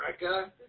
America